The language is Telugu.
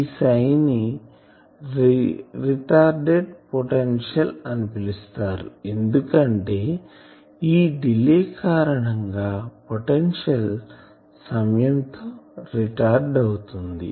ఈ Ψ ని రిటార్టెడ్ పొటెన్షియల్ అని పిలుస్తారు ఎందుకంటే ఈ డిలే కారణంగా పొటెన్షియల్ సమయం తో రిటార్డ్ అవుతుంది